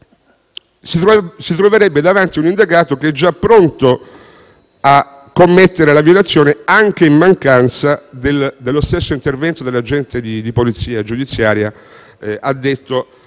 si troverebbe davanti un indagato che è già pronto a commettere la violazione, anche in mancanza dello stesso intervento dell'agente di polizia giudiziaria addetto